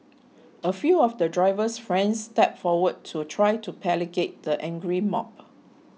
a few of the driver's friends stepped forward to try to placate the angry mob